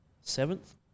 seventh